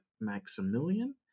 Maximilian